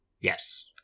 Yes